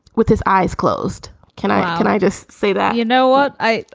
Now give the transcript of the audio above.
with his eyes closed. can i can i just say that you know what i.